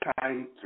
time